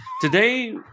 Today